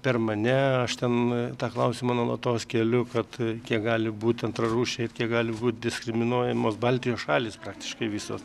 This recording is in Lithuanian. per mane aš ten tą klausimą nuolatos keliu kad kiek gali būt antrarūšiai ir kiek gali būt diskriminuojamos baltijos šalys praktiškai visos